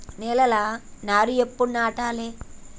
నేలలా నారు ఎప్పుడు నాటాలె?